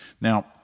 Now